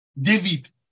David